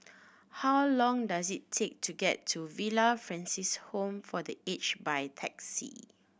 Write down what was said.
how long does it take to get to Villa Francis Home for The Aged by taxi